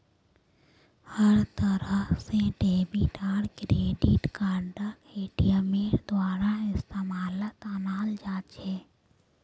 हर तरह से डेबिट आर क्रेडिट कार्डक एटीएमेर द्वारा इस्तेमालत अनाल जा छे